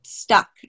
stuck